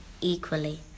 equally